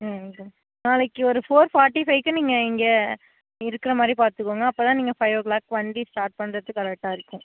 ம் ஒகே நாளைக்கு ஒரு ஃபோர் ஃபார்ட்டி ஃபைக்கு நீங்கள் இங்கே இருக்கிற மாதிரி பார்த்துக்கோங்க அப்போதான் நீங்கள் ஃபைவ் ஓ கிளாக் வண்டி ஸ்டார்ட் பண்ணுறதுக்கு கரெக்டாக இருக்கும்